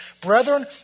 Brethren